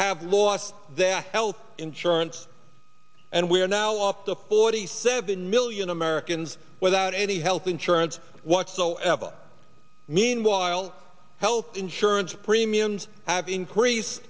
have lost their health insurance and we are now off the forty seven million americans without any health insurance whatsoever meanwhile health insurance premiums have increased